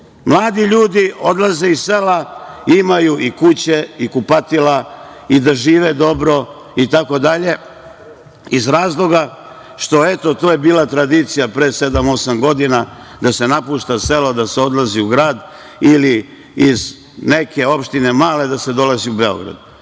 Mladi ljudi odlaze iz sela, imaju i kuće, kupatila, i da žive dobro itd, iz razloga što je to bila tradicija pre sedam, osam godina da se napušta selo, da se odlazi u grad ili iz neke opštine male da se dolazi u Beograd. Sada